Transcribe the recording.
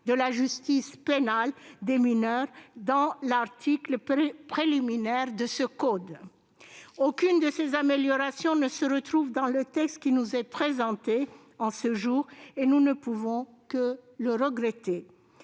de la justice pénale des mineurs dans l'article préliminaire de ce code. Aucune de ces améliorations ne figure dans le texte qui nous est présenté aujourd'hui. Nous ne pouvons que le regretter.